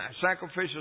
sacrificial